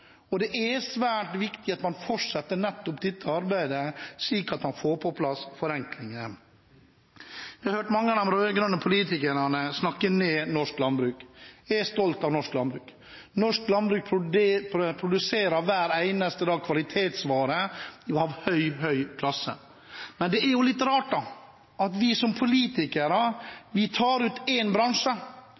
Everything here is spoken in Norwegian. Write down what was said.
og det er svært viktig at man fortsetter nettopp dette arbeidet, slik at man får på plass forenklinger. Jeg har hørt mange av de rød-grønne politikerne snakke ned norsk landbruk. Jeg er stolt av norsk landbruk. Norsk landbruk produserer hver eneste dag kvalitetsvarer av høy, høy klasse. Men det er litt rart at vi som politikere plukker ut én bransje, og så skal vi